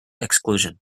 exclusion